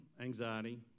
anxiety